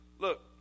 look